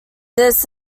this